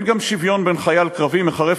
גם אין שוויון בין חייל קרבי מחרף